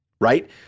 right